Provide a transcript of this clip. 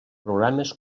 programes